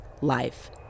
life